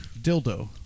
Dildo